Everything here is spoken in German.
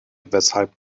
weshalb